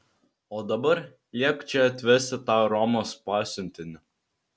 o dabar liepk čia atvesti tą romos pasiuntinį